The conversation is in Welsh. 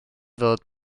fod